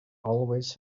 always